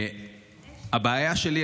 הבעיה שלי,